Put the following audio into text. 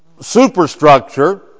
superstructure